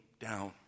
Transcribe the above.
down